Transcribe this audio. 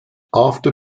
after